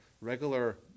regular